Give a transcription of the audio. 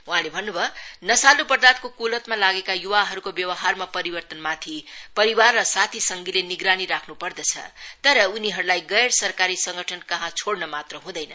वहाँले भन्नु भयो नशालु पदार्थको कुलतमा लागेका युवाहरूको व्यवहारमा परिवर्तनमाथि परिवार र साथी संगीले निगरानी राख्नु पर्दछ तर उनीहरूलाई गैर सरकारी संगठन कहाँ छोड़न मात्र हुँदैन